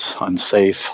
unsafe